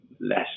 less